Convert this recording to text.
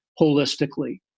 holistically